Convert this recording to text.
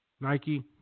Nike